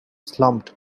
slumped